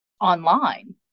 online